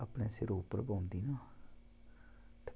जेल्लै सिरै पर पौंदी ना